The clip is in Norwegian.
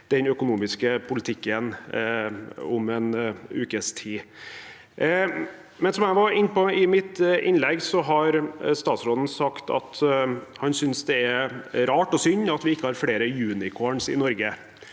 den økonomiske politikken om en ukes tid. Som jeg var inne på i mitt innlegg, har statsråden sagt at han synes det er rart og synd at vi ikke har flere «unicorns» i Norge,